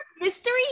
Mystery